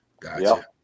Gotcha